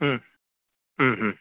ಹ್ಞೂ ಹ್ಞೂ ಹ್ಞೂ